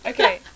Okay